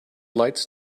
lights